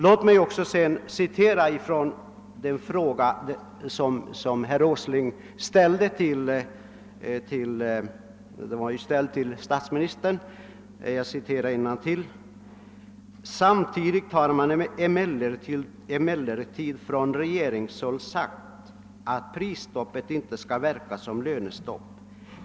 Låt mig citera ur herr Åslings fråga, som var ställd till statsministern: »Samtidigt har emellertid från regeringshåll sagts, att prisstoppet inte skall verka som lönestopp.